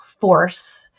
force